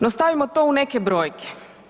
No stavimo to u neke brojke.